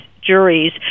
juries